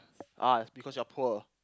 ah it's because you are poor